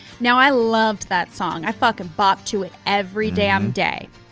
now i loved that song, i fucking bopped to it every damn day.